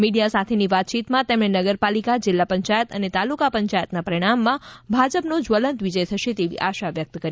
media સાથેની વાતચીતમાં તેમણે નગરપાલિકા જિલ્લા પંચાયત અને તાલુકા પંચાયતના પરિણામમાં ભાજપનો જ્વલંત વિજય થશે તેવી આશા વ્યક્ત કરી હતી